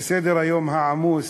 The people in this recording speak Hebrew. שסדר-היום העמוס,